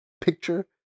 picture